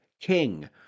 King